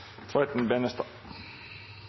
Tveiten Benestad